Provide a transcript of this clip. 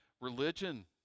religion